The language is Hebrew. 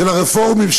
של הרפורמים,